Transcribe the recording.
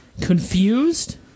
confused